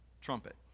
trumpet